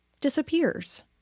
disappears